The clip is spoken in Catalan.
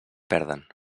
perden